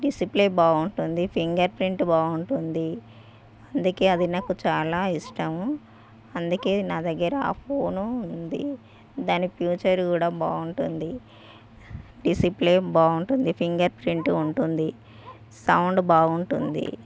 display బాగుంటుంది finger print బాగుంటుంది అందుకు అది నాకు చాలా ఇష్టము అందుకు నా దగ్గర ఆ ఫోను ఉంది దాన్నిఫీచర్ కూడా బాగుంటుంది డిస్ప్లే బాగుంటుంది ఫింగర్ ప్రింట్ ఉంటుంది సౌండ్ బాగుంటుంది